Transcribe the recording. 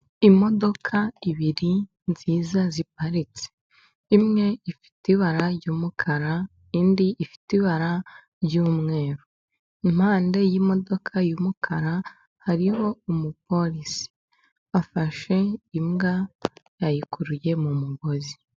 Imodoka ebyiri nziza ziparitse; imwe ifite ibara ry'umukara, indi ifite ibara ry'umweru impande y'imodoka y'umukara hariho umupolisi afashe imbwa yayikuruye mu mugozi.